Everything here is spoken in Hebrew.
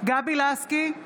גבי לסקי,